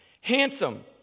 Handsome